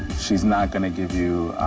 she's not gonna give you,